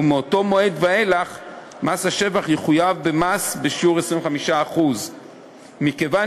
ומאותו מועד ואילך מס השבח יחויב במס בשיעור 25%. מכיוון